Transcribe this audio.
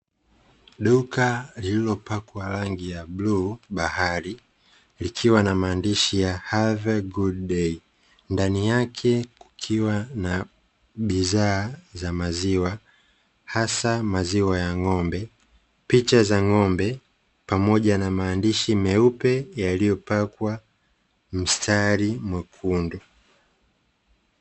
Duka lililopakwa rangi ya bluu bahari, likiwa na maandishi ya ''have a good day'', ndani yake kukiwa na bidhaa za maziwa, hasa maziwa ya ng'ombe. Picha za ng'ombe, pamoja na maandishi meupe yaliyopakwa mstari mwekundu.